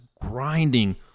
grinding